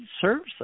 serves